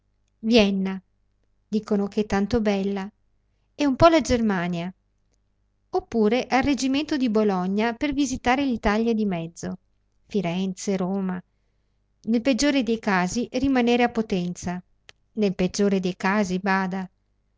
vienna dicono ch'è tanto bella e un po la germania oppure al reggimento di bologna per visitar l'italia di mezzo firenze roma nel peggior dei casi rimanere a potenza nel peggiore dei casi bada